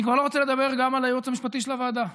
אני כבר לא רוצה לדבר גם על הייעוץ המשפטי של הוועדה.